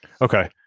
okay